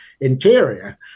interior